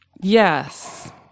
Yes